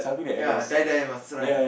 ya die die must run